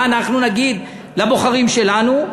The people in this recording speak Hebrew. מה אנחנו נגיד לבוחרים שלנו?